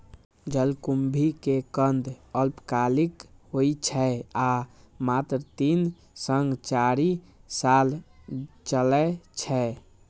जलकुंभी के कंद अल्पकालिक होइ छै आ मात्र तीन सं चारि साल चलै छै